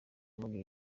muri